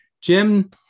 Jim